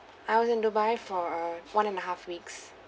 I was in dubai for uh one and a half weeks